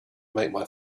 make